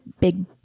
big